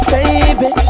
Baby